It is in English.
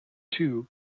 two